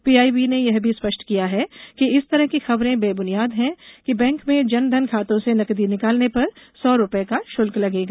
PIB ने यह भी स्पष्ट किया है कि इस तरह की खबरें बेबुनियाद हैं कि बैंक में जन धन खातों से नकदी निकालने पर सौ रूपये का शुल्क लगेगा